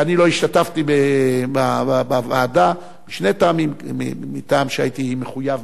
ואני לא השתתפתי בוועדה משני טעמים: מטעם שהייתי מחויב